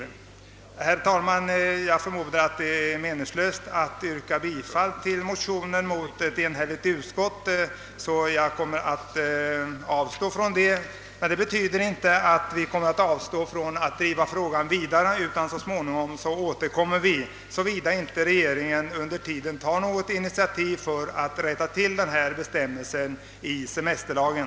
Jag förmodar, herr talman, att det gentemot ett enhälligt utskott är meningslöst att yrka bifall till motionen och jag kommer att avstå från det, men det betyder inte att vi avstår från att driva frågan vidare. Så småningom återkommer vi till den, såvida inte regeringen under tiden tagit något initiativ för att rätta till denna bestämmelse 1 semesterlagen.